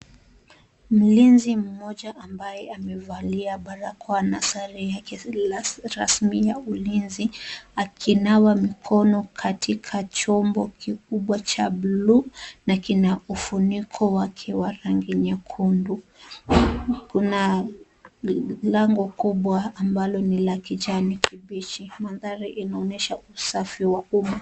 Mlinzi mmoja ambaye amevalia barakoa na sare yake rasmi ya ulinzi, akinawa mikono katika chombo kikubwa cha bluu na kina ufuniko wake wa rangi nyekundu. Kuna lango kubwa ambalo ni la kijani kibichi. Mandhari inaonyesha usafi wa umma.